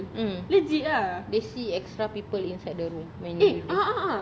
mm they see extra people inside the room when they